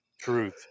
truth